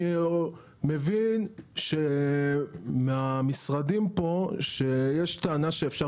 אני מבין מהמשרדים פה שיש טענה שאפשר